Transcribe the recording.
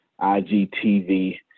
IGTV